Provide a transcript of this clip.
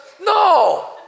no